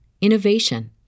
innovation